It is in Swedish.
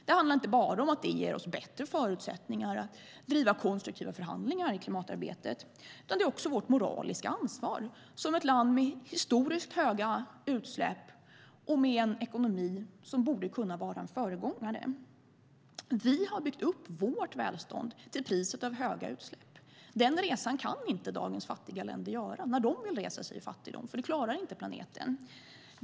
Det handlar inte bara om att det ger oss bättre förutsättningar att driva konstruktiva förhandlingar i klimatarbetet. Det är också vårt moraliska ansvar som ett land med historiskt höga utsläpp och med en ekonomi som gör att vi borde kunna vara föregångare. Vi har byggt upp vårt välstånd till priset av höga utsläpp. Den resan kan inte dagens fattiga länder göra när de vill resa sig ur fattigdom, för det klarar inte planeten.